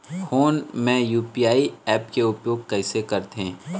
Phone मे UPI app के उपयोग कइसे करथे?